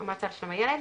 והמועצה לשלום הילד.